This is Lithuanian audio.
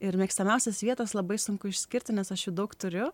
ir mėgstamiausias vietas labai sunku išskirti nes aš jų daug turiu